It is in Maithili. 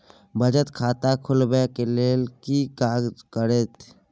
बचत खाता खुलैबै ले कि की कागज लागतै?